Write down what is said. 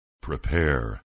prepare